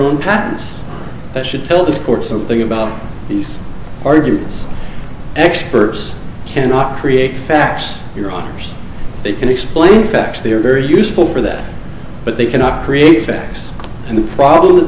own patents should tell the court something about these arguments experts cannot create facts your honour's they can explain facts they are very useful for that but they cannot create facts and the problem